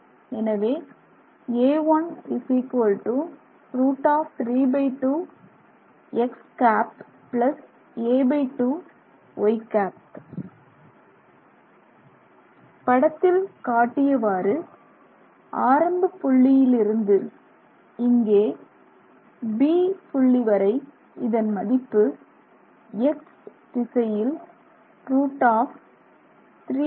எனவே a1 √32 x ̂ a2 y ̂ படத்தில் காட்டியவாறு ஆரம்பப் பள்ளியிலிருந்து இங்கே B புள்ளி வரை இதன் மதிப்பு X திசையில் √32 x ̂